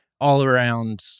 all-around